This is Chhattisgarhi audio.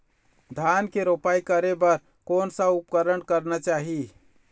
धान के रोपाई करे बर कोन सा उपकरण करना चाही?